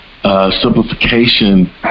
Simplification